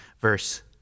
verse